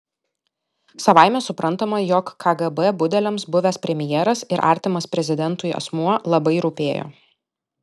savaime suprantama jog kgb budeliams buvęs premjeras ir artimas prezidentui asmuo labai rūpėjo